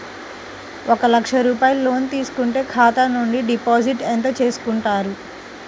ఒక లక్ష రూపాయలు లోన్ తీసుకుంటే ఖాతా నుండి డిపాజిట్ ఎంత చేసుకుంటారు?